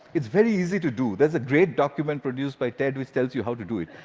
it's very easy to do. there's a great document produced by ted which tells you how to do it.